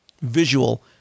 visual